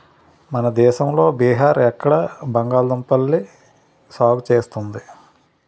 మన దేశంలో బీహార్ ఎక్కువ బంగాళదుంపల్ని సాగు చేస్తుంది